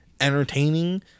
entertaining